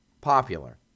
popular